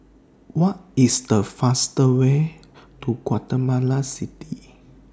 What IS The fastest Way to Guatemala City